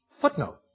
Footnote